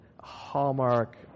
hallmark